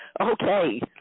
Okay